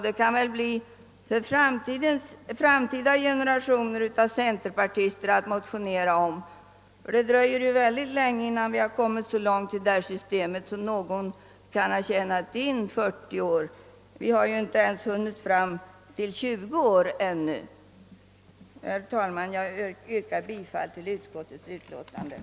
Det kan vara en uppgift för kommande generationers centerpartister att motionera om, ty det dröjer ju länge innan vi kommit så långt med nuvarande system att någon kan ha tjänat in 40 år. Ännu har vi inte ens hunnit fram till 20 år. Herr talman! Jag yrkar bifall till utskottets hemställan.